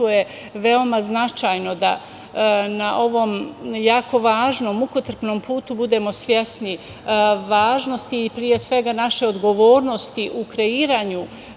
je veoma značajno da na ovom jako važnom, mukotrpnom putu budemo svesni važnosti i pre svega naše odgovornosti u kreiranju